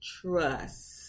Trust